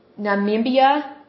Namibia